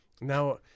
Now